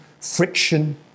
friction